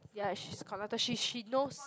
ya she's conductor she she knows